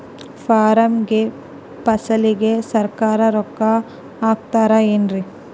ಪರಂಗಿ ಫಸಲಿಗೆ ಸರಕಾರ ರೊಕ್ಕ ಹಾಕತಾರ ಏನ್ರಿ?